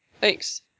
Thanks